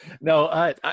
No